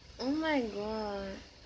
oh my god